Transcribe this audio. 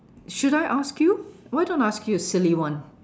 should I ask you why don't I ask you a silly one